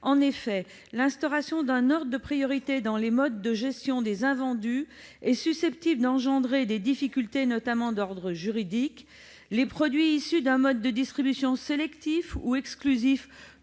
En effet, l'instauration d'un ordre de priorité dans les modes de gestion des invendus est susceptible de produire des difficultés, notamment d'ordre juridique. Les produits issus d'un mode de distribution sélectif ou exclusif